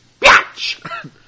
bitch